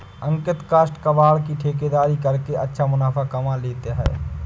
अंकित काष्ठ कबाड़ की ठेकेदारी करके अच्छा मुनाफा कमा लेता है